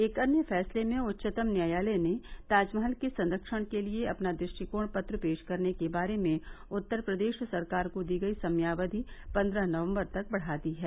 एक अन्य फैसले में उच्चतम न्यायालय ने ताजमहल के संरक्षणके लिए अपना दृष्टिकोण पत्र पेश करने के बारे में उत्तर प्रदेश सरकार को दी गई समयावधि पन्द्रह नवम्बर तक बढ़ा दी है